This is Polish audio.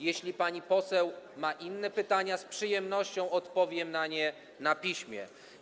Jeśli pani poseł ma inne pytania, z przyjemnością odpowiem na nie na piśmie.